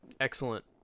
Excellent